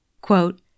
Quote